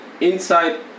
inside